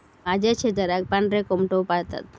माझ्या शेजाराक पांढरे कोंबड्यो पाळतत